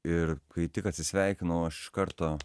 ir kai tik atsisveikinau aš iš karto